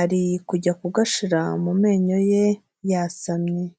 ari kujya kugashira mu menyo ye yasamye.